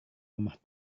rumah